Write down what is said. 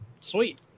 Sweet